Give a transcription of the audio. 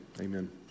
Amen